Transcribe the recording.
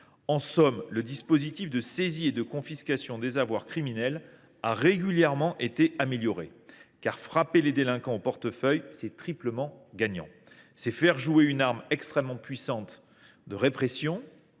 En somme, le dispositif de saisie et de confiscation des avoirs criminels a régulièrement été amélioré, car frapper les délinquants au portefeuille est triplement gagnant. Oui ! C’est une arme extrêmement puissante de répression